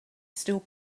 still